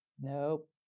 Nope